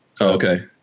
Okay